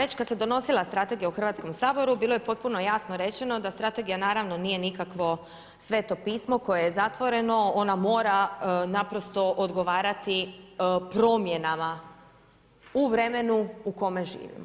Pa već kad se donosila strategija o Hrvatskom saboru, bilo je potpuno jasno rečeno, da strategija naravno nije nikakvo sveto pismo, koje je zatvoreno, ono mora naprosto odgovarati promjenama u vremenu u kojem živimo.